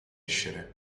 crescere